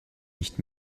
nicht